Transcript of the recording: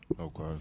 Okay